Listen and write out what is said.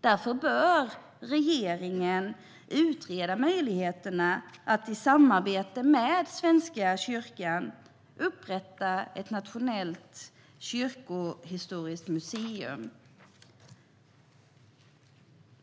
Därför bör regeringen utreda möjligheterna att i samarbete med Svenska kyrkan upprätta ett nationellt kyrkohistoriskt museum.